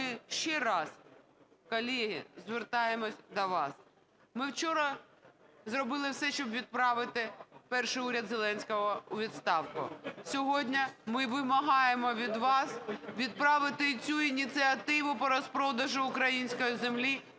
ще раз, колеги, звертаємося до вас. Ми вчора зробили все, щоб відправити перший уряд Зеленського у відставку. Сьогодні ми вимагаємо від вас відправити і цю ініціативу по розпродажу української землі